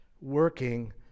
working